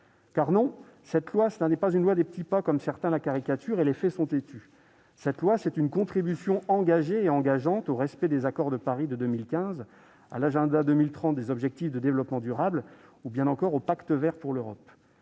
Non, cette loi n'est pas une loi des petits pas, comme certains la caricaturent. Les faits sont têtus : cette loi est une contribution engagée et engageante au respect des accords de Paris de 2015, à l'agenda 2030 des objectifs de développement durable ou encore au Pacte vert pour l'Europe.